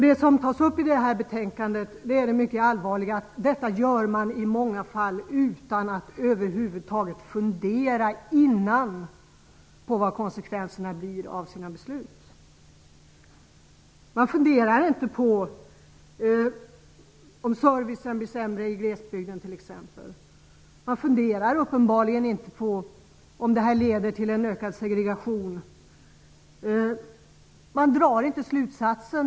Det som tas upp i detta betänkande är det allvarliga förhållandet att man i många fall gör detta utan att före besluten över huvud taget fundera över vilka konsekvenser de får. Man funderar t.ex. inte på om servicen blir sämre i glesbygden eller om det leder till en ökad segregation.